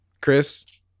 Chris